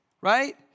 right